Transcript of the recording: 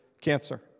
cancer